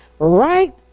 Right